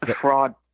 Fraud